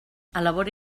elabora